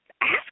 ask